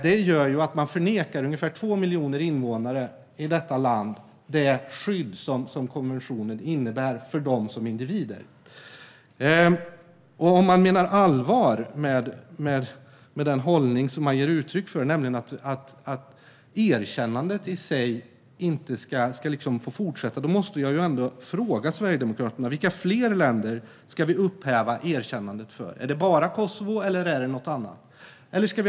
Det gör att man förnekar ungefär 2 miljoner invånare i landet det skydd som konventionen innebär för dem som individer. Om man menar allvar med den hållning som man ger uttryck för, nämligen att erkännandet i sig inte ska få kvarstå, måste jag fråga Sverigedemokraterna: Vilka fler länder ska vi upphäva erkännandet för? Gäller det bara Kosovo, eller gäller det andra länder också?